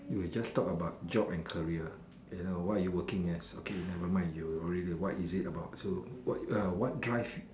you will just talk about job and career you know what are you working as okay never mind you already what is it about so what you like what drives